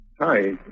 Hi